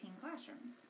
classrooms